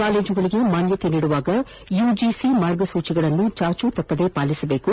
ಕಾಲೇಜುಗಳಿಗೆ ಮಾನ್ಯತೆ ನೀಡುವಾಗ ಯುಜಿಸಿ ಮಾರ್ಗಸೂಚಿಗಳನ್ನು ಚಾಚುತಪ್ಪದೇ ಪಾಲಿಸಬೇಕು